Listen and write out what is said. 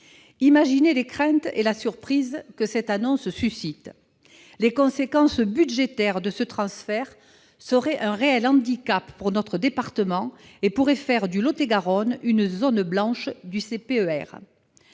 Imaginez les craintes et la surprise que cette annonce suscite ! Les conséquences budgétaires de ce transfert seraient un réel handicap pour notre département et pourraient faire du Lot-et-Garonne une « zone blanche » du CPER.